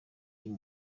uyu